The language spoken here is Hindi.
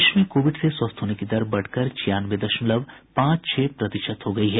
देश में कोविड से स्वस्थ होने की दर बढ़कर छियानवे दशमलव पांच छह प्रतिशत हो गई है